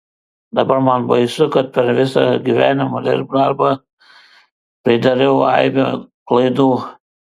dabar man baisu kad per visą gyvenimo darbą pridariau aibę klaidų